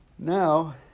Now